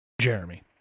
Jeremy